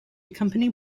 accompany